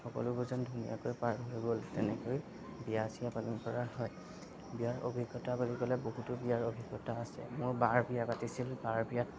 সকলোবোৰ যেন ধুনীয়াকৈ পাৰ হৈ গ'ল তেনেকৈ বিয়া চিয়া পালন কৰা হয় বিয়াৰ অভিজ্ঞতা বুলি ক'লে বহুতো বিয়াৰ অভিজ্ঞতা আছে মোৰ বাৰ বিয়া পাতিছিল বাৰ বিয়াত